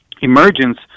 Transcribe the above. emergence